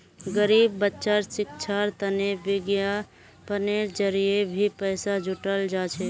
गरीब बच्चार शिक्षार तने विज्ञापनेर जरिये भी पैसा जुटाल जा छेक